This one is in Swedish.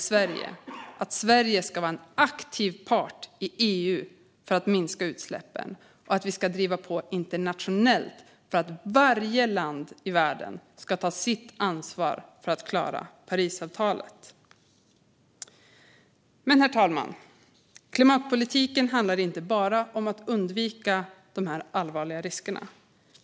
Sverige ska vara en aktiv part i EU för att minska utsläppen, och vi ska driva på internationellt för att varje land i världen ska ta sitt ansvar för att klara Parisavtalet. Men, herr talman, klimatpolitiken handlar inte bara om att undvika de här allvarliga riskerna.